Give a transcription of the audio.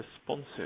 responsive